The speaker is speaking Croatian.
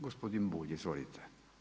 Gospodin Bulj, izvolite.